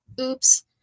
Oops